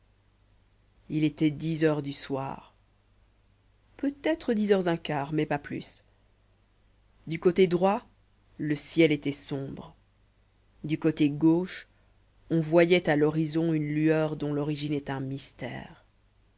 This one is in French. il était dix heures du soir peut-être dix heures un quart mais pas plus du côté droit le ciel était sombre du côté gauche on voyait à l'horizon une lueur dont l'origine est un mystère